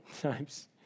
times